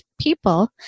people